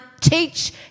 Teach